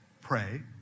pray